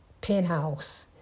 penthouse